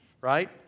right